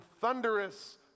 thunderous